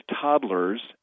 toddlers